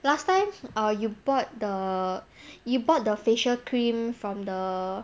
last time err you bought the you bought the facial cream from the